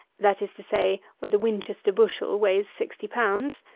that is to say, where the winchester bushel weighs sixty pounds,